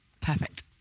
Perfect